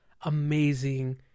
amazing